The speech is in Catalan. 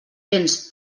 tens